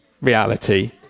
reality